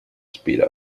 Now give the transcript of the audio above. speed